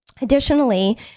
additionally